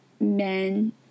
men